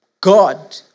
God